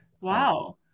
wow